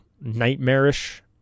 nightmarish